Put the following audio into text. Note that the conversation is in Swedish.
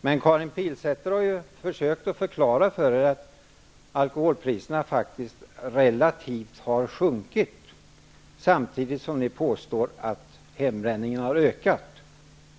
Men Karin Pilsäter har ju försökt förklara för er att alkoholpriserna faktiskt relativt sett har sjunkit, samtidigt som ni påstår att hembränningen har ökat.